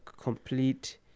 complete